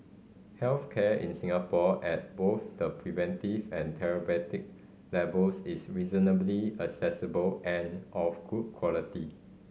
health care in Singapore at both the preventive and therapeutic levels is reasonably accessible and of good quality